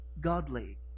godly